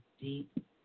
deep